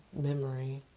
memory